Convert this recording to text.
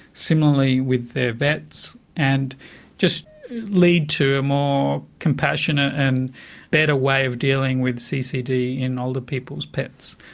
similarly with their vets and just lead to a more compassionate and better way of dealing with ccd in older people's pets.